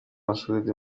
masudi